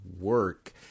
work